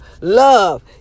Love